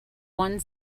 one